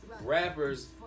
rappers